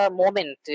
moment